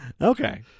Okay